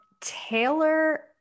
Taylor